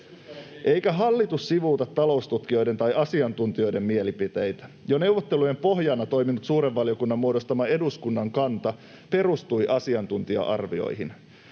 Eikä hallitus sivuuta taloustutkijoiden tai asiantuntijoiden mielipiteitä. Jo neuvottelujen pohjana toiminut suuren valiokunnan muodostama eduskunnan kanta perustui asiantuntija-arvioihin.